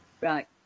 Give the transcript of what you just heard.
Right